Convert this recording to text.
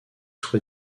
soi